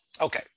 Okay